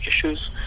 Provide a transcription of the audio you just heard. issues